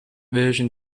version